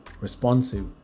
responsive